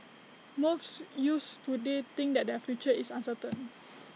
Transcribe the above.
most youths today think that their future is uncertain